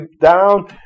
down